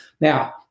Now